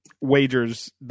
wagers